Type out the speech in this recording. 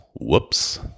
Whoops